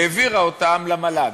העבירה אותם למל"ג.